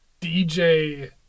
DJ